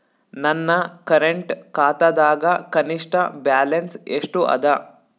ನನ್ನ ಕರೆಂಟ್ ಖಾತಾದಾಗ ಕನಿಷ್ಠ ಬ್ಯಾಲೆನ್ಸ್ ಎಷ್ಟು ಅದ